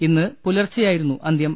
ഇന്ന് പുലർച്ചെയായിരുന്നു അന്തൃം